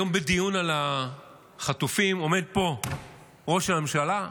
היום בדיון על החטופים עומד פה ראש הממשלה,